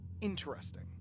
interesting